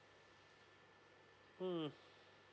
hmm